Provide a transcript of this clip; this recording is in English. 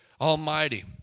Almighty